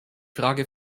frage